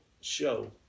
show